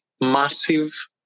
massive